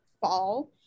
fall